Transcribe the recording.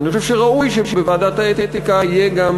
ואני חושב שראוי שבוועדת האתיקה יהיה גם